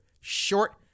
short